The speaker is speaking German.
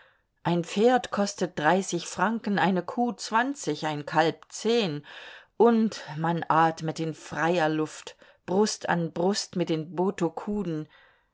ein pferd kostet dreißig franken eine kuh zwanzig ein kalb zehn und man atmet in freier luft brust an brust mit den